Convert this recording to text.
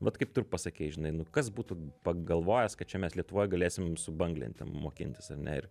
vat kaip tu ir pasakei žinai nu kas būtų pagalvojęs kad čia mes lietuvoj galėsim su banglente mokintis ar ne ir